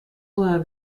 were